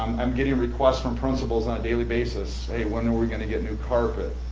i'm getting requests from principals on a daily basis, hey, when are we gonna get new carpet?